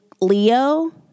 Leo